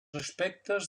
aspectes